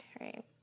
right